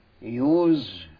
use